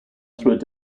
through